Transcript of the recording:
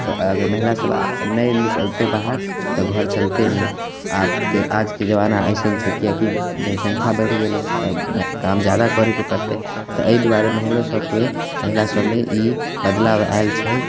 अगर महिला सब नहि निकलतै बाहर तऽ घर चलतै नहि आबके आजके जमाना अइसन छै किआकि जनसंख्या बढ़ि गेलै तऽ काम जादा करेके पड़तै तऽ एहि दुआरे महिलो सबके महिला सबमे ई बदलाब आएल छै